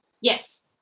Yes